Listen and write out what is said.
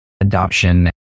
adoption